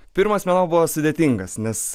pirmas mėnuo buvo sudėtingas nes